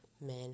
men